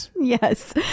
yes